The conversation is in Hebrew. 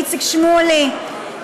איציק שמולי,